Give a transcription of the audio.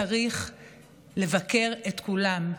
צריך לבקר את כולם,